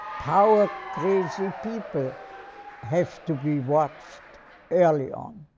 power-crazy people have to be watched early-on